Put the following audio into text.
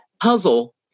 puzzle